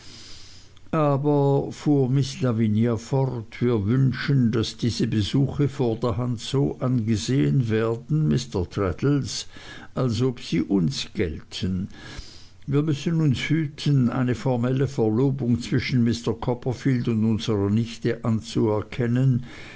aber fuhr miß lavinia fort wir wünschen daß diese besuche vorderhand so angesehen werden mr traddles als ob sie uns gälten wir müssen uns hüten eine formelle verlobung zwischen mr copperfield und unserer nichte anzuerkennen